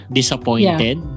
disappointed